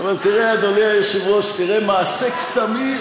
אבל תראה, אדוני היושב-ראש, תראה מעשה קסמים: